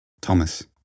Thomas